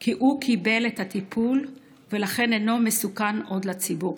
כי הוא קיבל את הטיפול ולכן אינו מסוכן עוד לציבור.